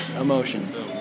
emotions